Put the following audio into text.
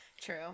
True